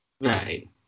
Right